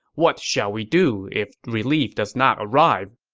what shall we do if relief does not arrive?